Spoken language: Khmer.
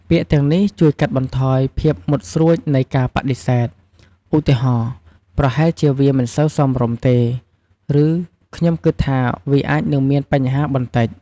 ពាក្យទាំងនេះជួយកាត់បន្ថយភាពមុតស្រួចនៃការបដិសេធ ឧទាហរណ៍ "ប្រហែលជាវាមិនសូវសមរម្យទេ" ឬ "ខ្ញុំគិតថាវាអាចនឹងមានបញ្ហាបន្តិច"។